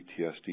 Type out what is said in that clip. PTSD